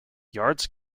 yards